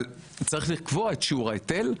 אבל צריך לקבוע את שיעור ההיטל,